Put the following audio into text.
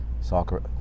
soccer